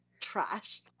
trash